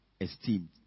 esteemed